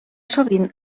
sovint